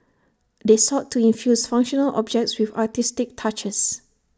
they sought to infuse functional objects with artistic touches